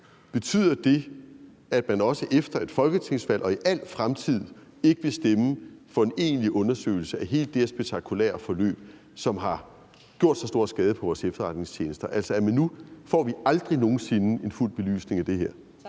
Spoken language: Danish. Betyder det, at man også efter et folketingsvalg og i al fremtid ikke vil stemme for en egentlig undersøgelse af hele det her spektakulære forløb, som har gjort så stor skade på vores efterretningstjenester? Altså, får vi aldrig nogen sinde en fuld belysning af det her?